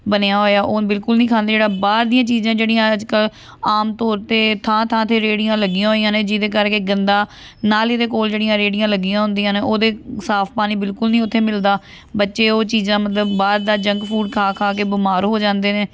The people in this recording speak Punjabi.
ਬਣਿਆ ਹੋਇਆ ਉਹ ਹੁਣ ਬਿਲਕੁਲ ਨਹੀਂ ਖਾਂਦੇ ਜਿਹੜਾ ਬਾਹਰ ਦੀਆਂ ਚੀਜ਼ਾਂ ਜਿਹੜੀਆਂ ਅੱਜ ਕੱਲ੍ਹ ਆਮ ਤੌਰ 'ਤੇ ਥਾਂ ਥਾਂ 'ਤੇ ਰੇਹੜੀਆਂ ਲੱਗੀਆਂ ਹੋਈਆਂ ਨੇ ਜਿਹਦੇ ਕਰਕੇ ਗੰਦਾ ਨਾਲੀ ਦੇ ਕੋਲ ਜਿਹੜੀਆਂ ਰੇਹੜੀਆਂ ਲੱਗੀਆਂ ਹੁੰਦੀਆਂ ਨੇ ਉਹਦੇ ਸਾਫ ਪਾਣੀ ਬਿਲਕੁਲ ਨਹੀਂ ਉੱਥੇ ਮਿਲਦਾ ਬੱਚੇ ਉਹ ਚੀਜ਼ਾਂ ਮਤਲਬ ਬਾਹਰ ਦਾ ਜੰਕ ਫੂਡ ਖਾ ਖਾ ਕੇ ਬਿਮਾਰ ਹੋ ਜਾਂਦੇ ਨੇ